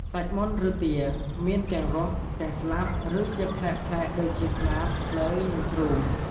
សាច់មាន់ឬទា មានទាំងរស់ ទាំងស្លាប់ ឬជាផ្នែកៗដូចជា ស្លាប ភ្លៅ និងទ្រូង។